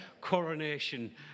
coronation